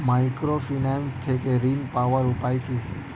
Microfinance থেকে ঋণ পাওয়ার উপায় কি?